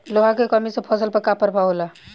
लोहा के कमी से फसल पर का प्रभाव होला?